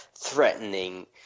threatening